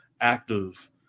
active